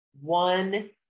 one-